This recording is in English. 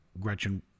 Gretchen